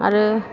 आरो